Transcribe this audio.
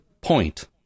point